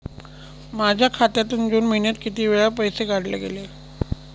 माझ्या खात्यातून जून महिन्यात किती वेळा पैसे काढले गेले?